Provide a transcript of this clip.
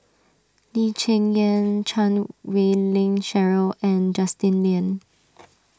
Lee Cheng Yan Chan Wei Ling Cheryl and Justin Lean